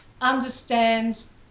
understands